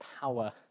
power